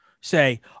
say